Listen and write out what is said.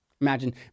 Imagine